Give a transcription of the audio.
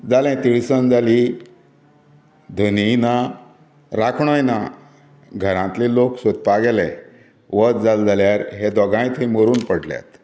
जालें तिनसांज जाली धनीय ना राखणोय ना घरांतले लोक सोदपाक गेले वच जालें जाल्यार हे दोगांय थंय मरून पडल्यात